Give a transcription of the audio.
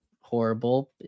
horrible